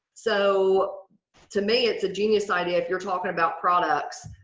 so to me it's a genius idea if you're talking about products.